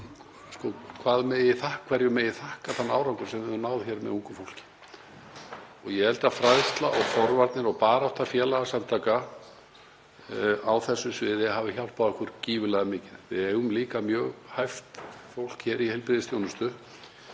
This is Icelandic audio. er að því spurt hverju megi þakka þann árangur sem við höfum náð með ungu fólki. Ég held að fræðsla og forvarnir og barátta félagasamtaka á þessu sviði hafi hjálpað okkur gífurlega mikið. Við eigum líka mjög hæft fólk hér í heilbrigðisþjónustu.